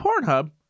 Pornhub